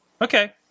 okay